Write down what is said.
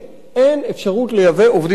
אין אפשרות לייבא עובדים זרים?